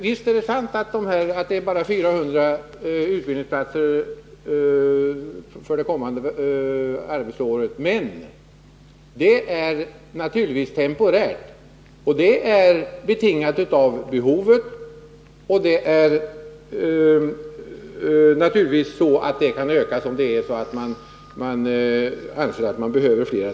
Visst är det sant att man får bara 400 utbildningsplatser det kommande arbetsåret, men detta är naturligtvis temporärt och betingat av behovet. Antalet utbildningsplatser kan naturligtvis ökas, om man anser att det behövs.